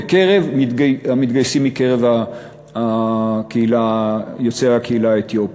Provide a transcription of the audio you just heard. בקרב המתגייסים מקרב יוצאי הקהילה האתיופית.